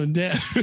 death